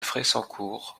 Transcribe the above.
fressancourt